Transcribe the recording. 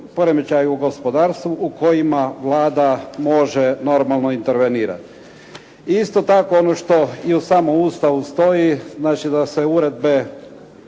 u kojima Vlada može normalno intervenirati. I isto tako ono što i u samom Ustavu stoji, znači da se uredbe